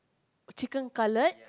chicken cutlet